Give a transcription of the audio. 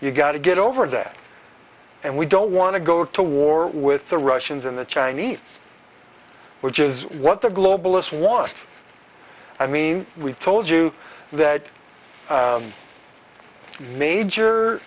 you've got to get over there and we don't want to go to war with the russians and the chinese which is what the globalists what i mean we told you that major